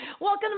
welcome